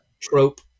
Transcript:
trope